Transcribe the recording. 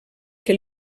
que